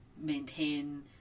maintain